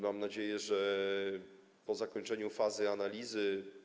Mam nadzieję, że po zakończeniu fazy analizy.